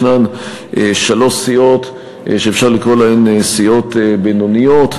שלוש סיעות שאפשר לקרוא להן סיעות בינוניות,